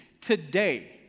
today